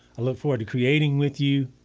i look forward to creating with you,